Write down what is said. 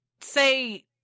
say